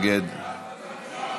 ואתה נגד,